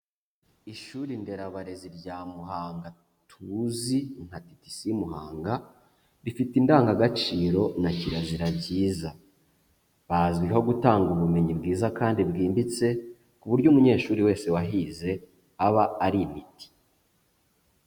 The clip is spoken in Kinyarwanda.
Ishuri nderabarezi rya Muhanga tuzi nka TTC Muhanga, rifite indangagaciro na kirazira byiza, bazwiho gutanga ubumenyi bwiza kandi bwimbitse, ku buryo umunyeshuri wese wahize aba ari intiti.